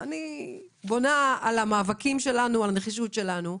אני בונה על המאבקים שלנו ועל הנחישות שלנו.